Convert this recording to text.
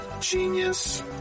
Genius